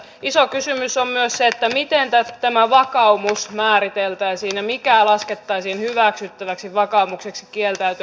iso kysymys on myös se miten tämä vakaumus määriteltäisiin ja mikä laskettaisiin hyväksyttäväksi vakaumukseksi kieltäytyä